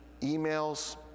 Emails